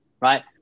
right